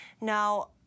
Now